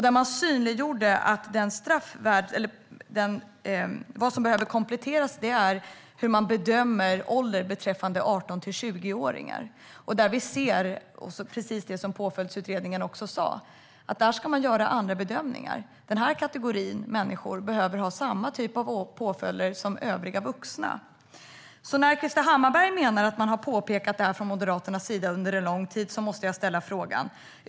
Där synliggjorde man att det som behöver kompletteras är hur man bedömer ålder beträffande 18-20-åringar. Vi anser, precis som Påföljdsutredningen, att man ska göra andra bedömningar där. Den här kategorin människor behöver ha samma typ av påföljder som övriga vuxna. När Krister Hammarbergh menar att man har påpekat det här från Moderaternas sida under lång tid måste jag ställa en fråga.